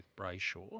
Brayshaw